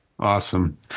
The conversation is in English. Awesome